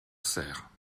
cère